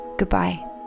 Goodbye